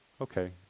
okay